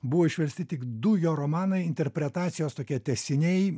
buvo išversti tik du jo romanai interpretacijos tokie tęsiniai